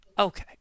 Okay